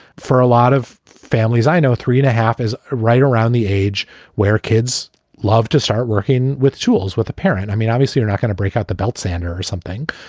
for a lot of families, i know three and a half is right around the age where kids love to start working with tools with a parent. i mean, obviously, you're not gonna break out the belt sander or something.